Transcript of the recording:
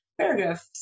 paragraph